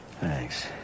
thanks